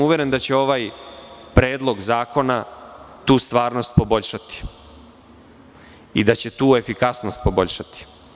Uveren sam da će ovaj predlog zakona tu stvarnost poboljšati i da će tu efikasnost poboljšati.